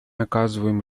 оказываем